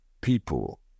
people